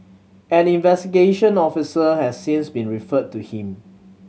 an investigation officer has since been referred to him